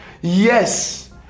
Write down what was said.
yes